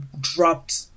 dropped